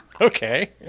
Okay